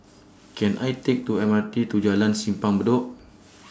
Can I Take to M R T to Jalan Simpang Bedok